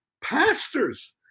pastors